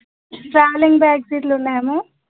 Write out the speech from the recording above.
travelling bags ఇట్లున్నాయా ma'am